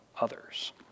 others